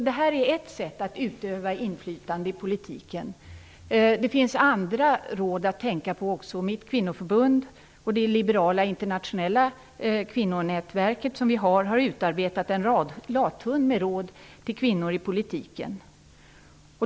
Det här är ett sätt att utöva inflytande i politiken. Det finns andra råd att tänka på också. Mitt kvinnoförbund och vårt liberala internationella kvinnonätverk har utarbetat en lathund med råd till kvinnor i politiken.